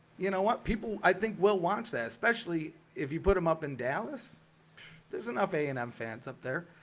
you know what people i think we'll watch that especially if you put them up in dallas there's an up a and i'm fans up there.